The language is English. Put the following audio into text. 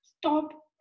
stop